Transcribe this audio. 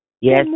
Yes